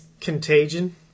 contagion